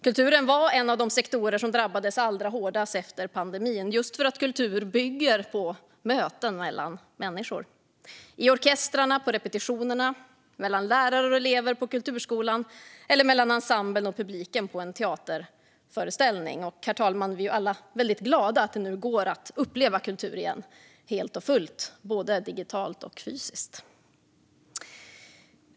Kulturen var en av de sektorer som drabbades allra hårdast efter pandemin, just för att kultur bygger på möten mellan människor - i orkestrarna, på repetitionerna, mellan lärarna och elever på kulturskolan och mellan ensemblen och publiken på en teaterföreställning. Vi är alla väldigt glada över att det nu går att uppleva kultur igen, helt och fullt, både digitalt och fysiskt.